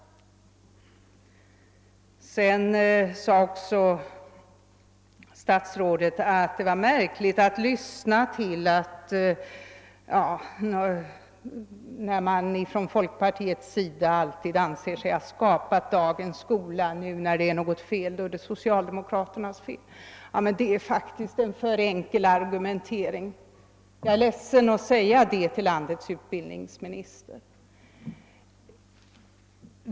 | Sedan sade statsrådet att det var märkligt hur man från folkpartiets sida alltid anser sig ha skapat dagens skola, men hur man när det är något fel på den skjuter skulden på socialdemokraterna. Det är faktiskt en alltför enkel argumentering; jag är ledsen att behöva säga det till landets utbildningsminister.